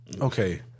Okay